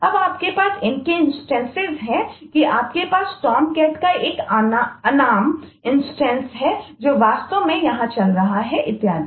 अब आपके पास इनके इंस्टेंसस है जो वास्तव में यहां चल रहा है इत्यादि